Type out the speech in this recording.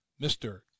Mr